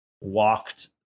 walked